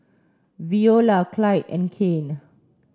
Veola Clide and Kane